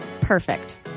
Perfect